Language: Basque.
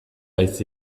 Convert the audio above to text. haiz